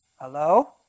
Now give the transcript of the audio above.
Hello